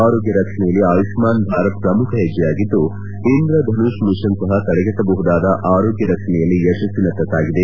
ಆರೋಗ್ಲ ರಕ್ಷಣೆಯಲ್ಲಿ ಆಯುಷ್ಕಾನ್ ಭಾರತ್ ಪ್ರಮುಖ ಹೆಜ್ಜೆಯಾಗಿದ್ದು ಇಂದ್ರಧನುಷ್ ಮಿಷನ್ ಸಪ ತಡೆಗಟ್ಟಬಹುದಾದ ಆರೋಗ್ಯ ರಕ್ಷಣೆಯಲ್ಲಿ ಯಶಸ್ವಿನತ್ತ ಸಾಗಿದೆ